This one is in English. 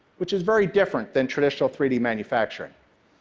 which is very different than traditional three d manufacturing.